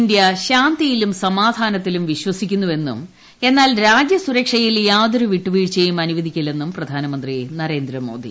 India ശാന്തിയിലും സമാധാനത്തിലും വിശ്വസിക്കുന്നുവെന്നും എന്നാൽ രാജ്യസുരക്ഷയിൽ യാതൊരു വിട്ടുവീഴ്ചയും അനുവദിക്കില്ലെന്നും പ്രധാനമന്ത്രി നരേന്ദ്രമോദി